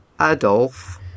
adolf